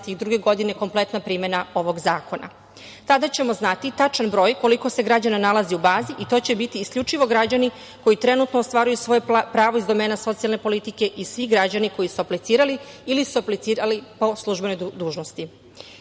2022. godine kompletna primena ovog zakona. Tada ćemo znati tačan broj koliko se građana nalazi u bazi i to će biti isključivo građani koji trenutno ostvaruju svoje pravo iz domena socijalne politike i svi građani koji su aplicirali ili su aplicirali po službenoj dužnosti.